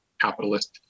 capitalist